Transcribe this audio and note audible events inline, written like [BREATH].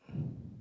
[BREATH]